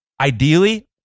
Ideally